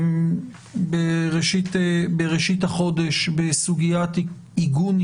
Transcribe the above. ה-30 בספטמבר 2021. ברכת ברוכים הבאים לחברי הכנסת בני בגין וענבר